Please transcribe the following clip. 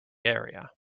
area